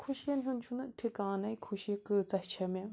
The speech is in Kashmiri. خوشیَن ہُنٛد چھُنہٕ ٹھِکانَے خوشی کۭژاہ چھےٚ مےٚ